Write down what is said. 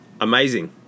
Amazing